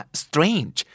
strange